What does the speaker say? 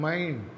Mind